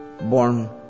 born